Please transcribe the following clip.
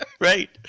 Right